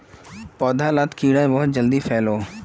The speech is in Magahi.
पौधा लात कीड़ा बहुत जल्दी फैलोह